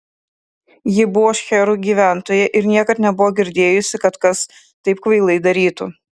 ji buvo šcherų gyventoja ir niekad nebuvo girdėjusi kad kas taip kvailai darytų